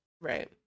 right